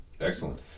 Excellent